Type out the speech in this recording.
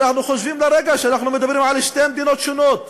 אנחנו חושבים לרגע שאנחנו מדברים על שתי מדינות שונות.